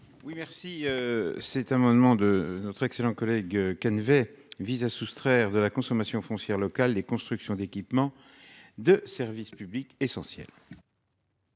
Longeot. Cet amendement de Michel Canévet vise à soustraire de la consommation foncière locale les constructions d'équipements de services publics essentiels.